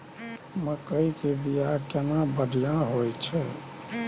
मकई के बीया केना बढ़िया होय छै?